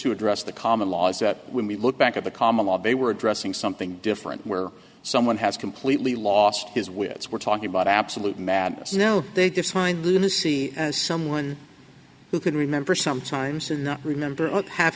to address the common law is that when we look back at the common law they were addressing something different where someone has completely lost his wits were talking about absolute madness you know they define lunacy as someone who could remember sometimes and not remember of half